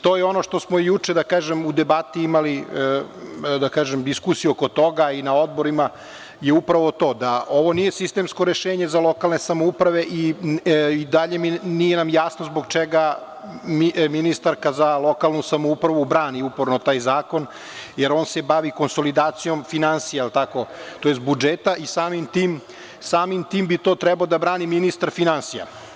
To je ono što smo juče u debati imali diskusiju oko toga i na odborima, upravo to da ovo nije sistemsko rešenje za lokalne samouprave i dalje nam nije jasno zbog čega ministarka za lokalnu samoupravu brani uporno taj zakon, jer on se bavi konsolidacijom finansija, tj. budžeta i samim tim bi to trebao da brani ministar finansija.